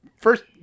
First